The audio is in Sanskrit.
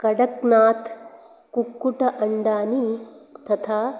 कडक्नाथ् कुक्कुट अण्डानि तथा